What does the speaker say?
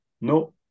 no